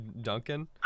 Duncan